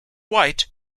white